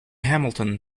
hamilton